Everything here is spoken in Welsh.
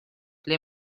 ble